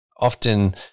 often